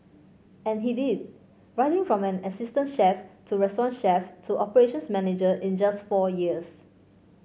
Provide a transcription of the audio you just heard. and he did rising from an assistant chef to restaurant chef to operations manager in just four years